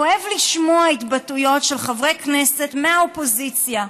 כואב לשמוע התבטאויות של חברי כנסת מהאופוזיציה,